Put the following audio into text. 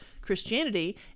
Christianity